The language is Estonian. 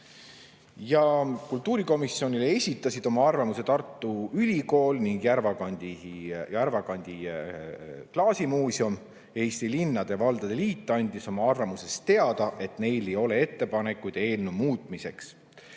Kultuurikomisjonile esitasid oma arvamuse Tartu Ülikool ning Järvakandi Klaasimuuseum. Eesti Linnade ja Valdade Liit andis oma arvamuses teada, et neil ei ole ettepanekuid eelnõu